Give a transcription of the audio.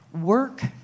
work